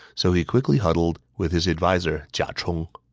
so he quickly huddled with his adviser jia chong.